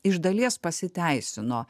iš dalies pasiteisino